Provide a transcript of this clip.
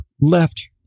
left